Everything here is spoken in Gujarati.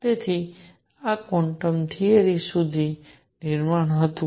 તેથી આ ક્વોન્ટમ થિયરી સુધીનું નિર્માણ હતું